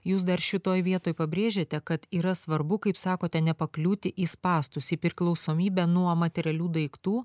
jūs dar šitoj vietoj pabrėžiate kad yra svarbu kaip sakote nepakliūti į spąstus į priklausomybę nuo materialių daiktų